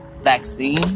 vaccine